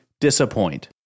disappoint